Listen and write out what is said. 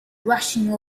rushing